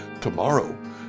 Tomorrow